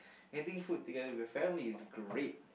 anything food together with your family is great